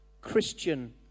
Christian